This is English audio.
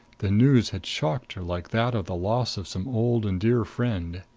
the news had shocked her like that of the loss of some old and dear friend.